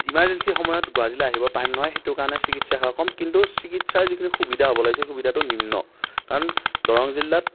emergency সময়ত গুৱাহাটিলৈ আহিব টাইম নহয় সেইকাৰণে চিকিৎসাসেৱা কম হয় কিন্তু চিকিৎসাৰ যিটো সুবিধা হ'ব লাগিছিল সুবিধাতো নিম্ন কাৰণ দৰং জিলাত